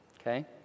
Okay